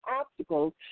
obstacles